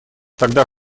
тогда